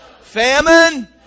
famine